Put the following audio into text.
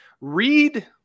read